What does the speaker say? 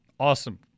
Awesome